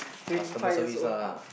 customer service lah